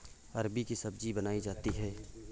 अरबी की सब्जी बनायीं जाती है